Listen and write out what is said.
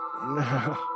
no